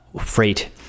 freight